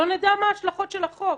לא נדע מה ההשלכות של החוק.